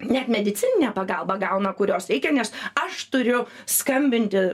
net medicininę pagalbą gauna kurios reikia nes aš turiu skambinti